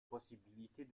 possibilités